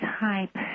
type